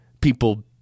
people